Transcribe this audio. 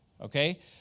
Okay